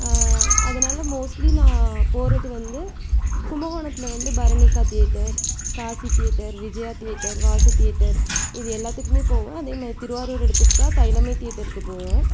அதனால் மோஸ்ட்லி நான் போகறது வந்து கும்பகோணத்தில் வந்து பரணிக்கா theatre Kasi theatre Vijaya theatre Vasu theatre இது எல்லாத்துக்குமே போவேன் அதே மாரி திருவாரூர் எடுத்துக்கிட்டா தைலம்மை தியேட்டருக்கு போவோம்